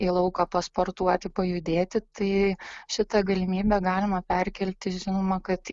į lauką pasportuoti pajudėti tai šitą galimybę galima perkelti žinoma kad